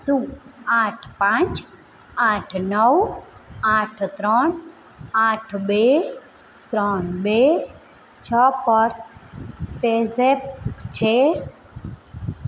શું આઠ પાંચ આઠ નવ આઠ ત્રણ આંઠ બે ત્રણ બે છ પર પેઝેપ છે